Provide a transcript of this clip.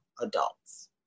adults